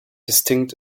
distinct